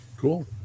cool